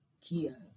Kia